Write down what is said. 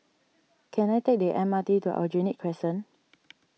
can I take the M R T to Aljunied Crescent